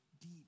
deep